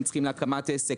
להקמת עסק,